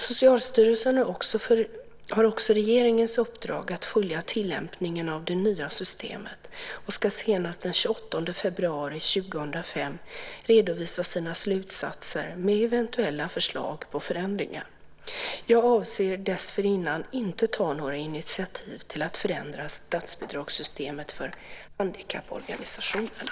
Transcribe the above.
Socialstyrelsen har också regeringens uppdrag att följa tillämpningen av det nya systemet och ska senast den 28 februari 2005 redovisa sina slutsatser med eventuella förslag på förändringar. Jag avser dessförinnan inte att ta några initiativ till att förändra statsbidragssystemet för handikapporganisationerna.